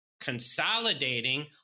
consolidating